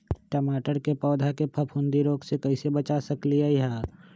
टमाटर के पौधा के फफूंदी रोग से कैसे बचा सकलियै ह?